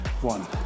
one